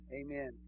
Amen